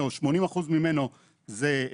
ולכן אני אשמח לשמוע גם מנציגי הרווחה,